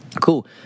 Cool